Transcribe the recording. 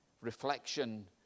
reflection